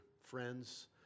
friends